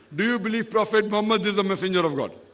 do you believe prophet muhammad is the messenger of god?